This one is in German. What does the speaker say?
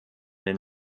den